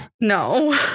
No